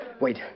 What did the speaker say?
Wait